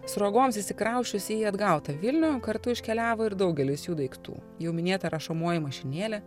sruogoms išsikrausčius į atgautą vilnių kartu iškeliavo ir daugelis jų daiktų jau minėta rašomoji mašinėlė